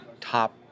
top